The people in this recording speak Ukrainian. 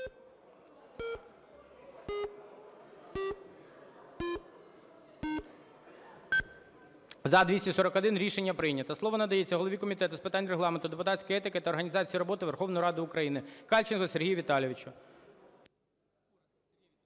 241. Рішення прийнято. Слово надається голові Комітету з питань Регламенту, депутатської етики та організації роботи Верховної Ради України Кальченку Сергію Віталійовичу.